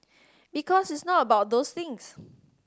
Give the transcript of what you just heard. because it's not about those things